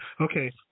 Okay